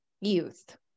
youth